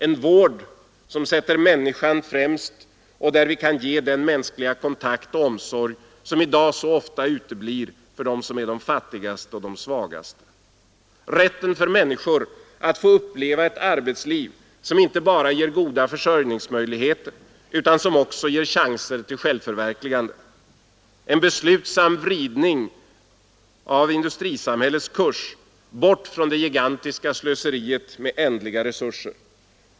En vård som sätter människan främst och där vi kan ge den mänskliga kontakt och omsorg som i dag så ofta uteblir för dem som är de fattigaste och svagaste. Rätten för människor att få uppleva ett arbetsliv som inte bara ger goda försörjningsmöjligheter utan som också ger chanser till självförverkligande. En beslutsam vridning av industrisamhällets kurs, bort från det gigantiska slöseriet med ändliga resurser.